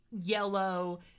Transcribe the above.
yellow